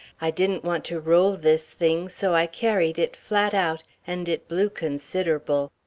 i didn't want to roll this thing, so i carried it flat out, and it blew consider'ble.